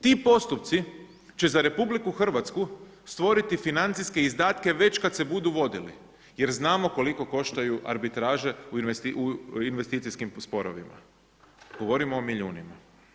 Ti postupci će za RH stvoriti financijske izdatke već kada se budu vodili jer znamo koliko koštaju arbitraže u investicijskim sporovima, govorimo o milijunima.